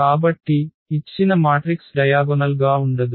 కాబట్టి ఇచ్చిన matrix diagonal గా ఉండదు